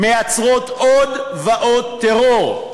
מייצרת עוד ועוד טרור.